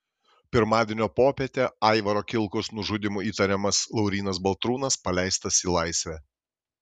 pirmadienio popietę aivaro kilkaus nužudymu įtariamas laurynas baltrūnas paleistas į laisvę